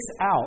out